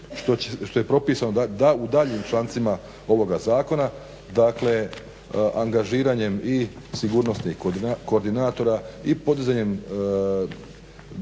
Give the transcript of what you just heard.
što je propisano u daljnjim člancima ovoga zakona, dakle angažiranjem i sigurnosnih koordinatora, i podizanjem državne